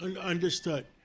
Understood